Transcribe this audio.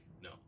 No